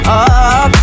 up